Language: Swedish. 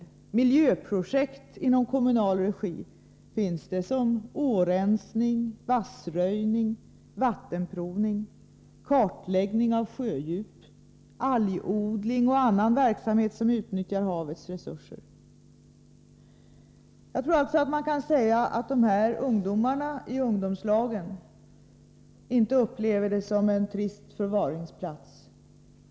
Det förekommer miljöprojekt i kommunal regi såsom årensning, vassröjning, vattenprovning, kartläggning av sjödjup, algodling och annan verksamhet som utnyttjar havets resurser. Man kan nog säga att ungdomarna inte upplever dessa ungdomslag såsom en trist förvaringsplats.